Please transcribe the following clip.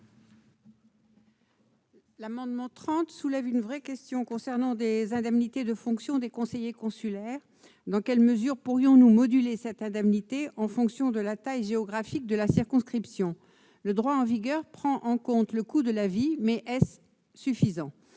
tend à soulever une question importante, relative aux indemnités de fonction des conseillers consulaires : dans quelle mesure pourrions-nous moduler cette indemnité en fonction de la taille géographique de la circonscription ? Le droit en vigueur prend en compte le coût de la vie, mais est-ce suffisant ?